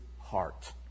heart